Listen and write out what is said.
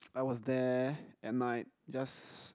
I was there at night just